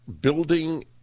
building